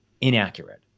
inaccurate